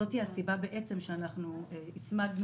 זאת הסיבה בעצם שאנחנו הצמדנו